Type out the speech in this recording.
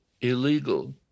illegal